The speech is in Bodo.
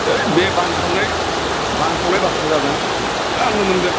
होइ बे बानसावनाय बानसावनाय बासा जागोन आंनो मोनगोन